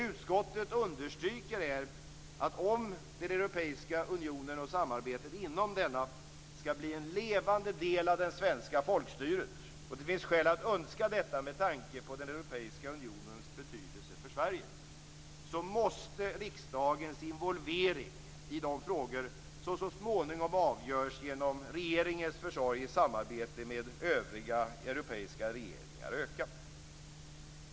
Utskottet understryker att om Europeiska unionen och samarbetet inom denna ska bli en levande del av det svenska folkstyret - och det finns skäl att önska detta med tanke på Europeiska unionens betydelse för Sverige - måste riksdagens involvering i de frågor som så småningom avgörs genom regeringens försorg i samarbete med övriga europeiska regeringar öka.